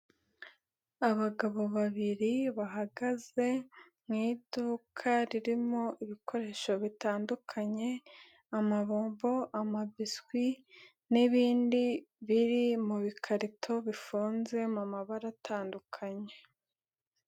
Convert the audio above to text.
Abagabo babiri bahagaze mu iduka ririmo ibikoresho bitandukanye, amabombo, amabiswi n'ibindi biri mu bikarito bifunze mu mabara atandukanye.